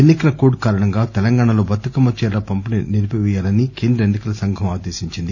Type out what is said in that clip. ఎన్ని కల కోడ్ కారణంగా తెలంగాణలో బతుకమ్మ చీరల పంపిణీ నిలిపిపేయాలని కేంద్ర ఎన్ని కల సంఘం ఆదేశించింది